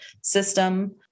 system